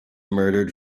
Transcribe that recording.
murdered